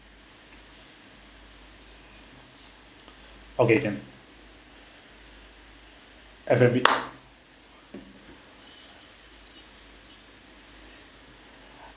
okay can exhibit